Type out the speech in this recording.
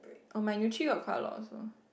oh my nutri got quite a lot also